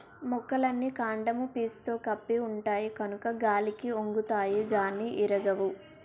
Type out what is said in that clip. మొక్కలన్నీ కాండము పీసుతో కప్పి ఉంటాయి కనుక గాలికి ఒంగుతాయి గానీ ఇరగవు